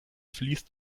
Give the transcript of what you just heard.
fließt